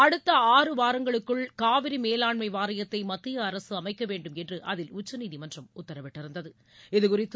அடுத்த ஆறு வாரங்களுக்குள் காவிரி மேலாண்மை வாரியத்தை மத்திய அரசு அமைக்க வேண்டும் என்று அதில் உச்சநீதிமன்றம் உத்தரவிட்டிருந்தது இதுகுறித்து